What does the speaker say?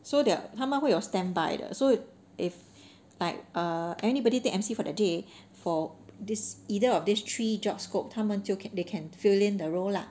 so they're 他们会有 standby 的 so if like err anybody they M_C for the day for this either of these three job scope 他们就 ca~ they can in the role lah